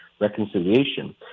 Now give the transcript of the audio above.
reconciliation